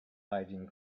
hiding